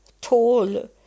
tall